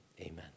amen